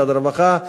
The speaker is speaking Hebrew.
משרד הרווחה.